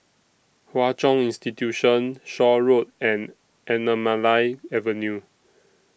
Hwa Chong Institution Shaw Road and Anamalai Avenue